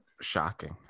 Shocking